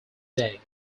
today